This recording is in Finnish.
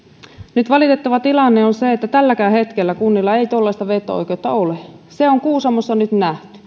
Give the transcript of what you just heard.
nyt valitettava tilanne on se että tälläkään hetkellä kunnilla ei tuollaista veto oikeutta ole se on kuusamossa nyt nähty